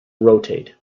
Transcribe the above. rotate